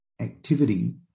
activity